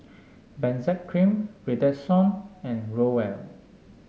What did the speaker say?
Benzac Cream Redoxon and Growell